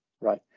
Right